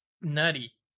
nutty